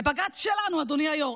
לבג"ץ שלנו, אדוני היו"ר.